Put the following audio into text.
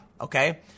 Okay